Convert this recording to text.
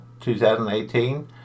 2018